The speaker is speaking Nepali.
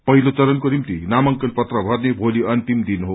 पहिलो चरणको निम्ति नामांकन पत्र भर्ने भोलि अन्तिम दिन हो